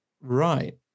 right